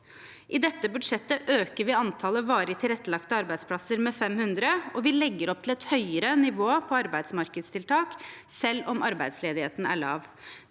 I dette budsjettet øker vi antallet varig tilrettelagte arbeidsplasser med 500, og vi legger opp til et høyere nivå på arbeidsmarkedstiltak selv om arbeidsledigheten er lav.